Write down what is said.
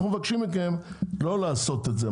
אנחנו מבקשים מכם לא לעשות את זה.